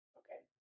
okay